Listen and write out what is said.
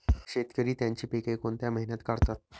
शेतकरी त्यांची पीके कोणत्या महिन्यात काढतात?